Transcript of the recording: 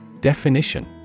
Definition